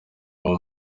abo